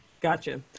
Gotcha